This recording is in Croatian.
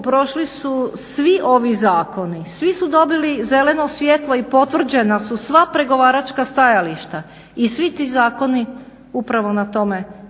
prošli su svi ovi zakoni. Svi su dobili zeleno svjetlo i potvrđena su sva pregovaračka stajališta i svi ti zakoni upravo na tome